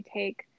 take